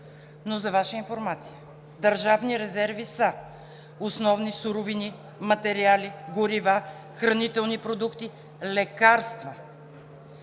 Но за Ваша информация държавни резерви са: основни суровини, материали, горива, хранителни продукти, лекарства,